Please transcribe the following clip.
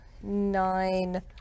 Nine